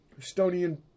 Estonian